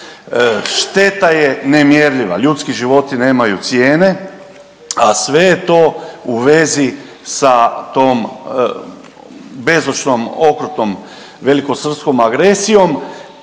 Šteta je nemjerljiva, ljudski životi nemaju cijene, a sve je to u vezi sa tom bezočnom okrutnom velikosrpskom agresijom,